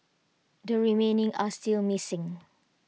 the remaining are still missing